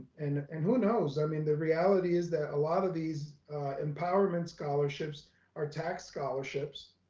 and and who knows. i mean, the reality is that a lot of these empowerment scholarships are tax scholarships.